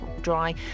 dry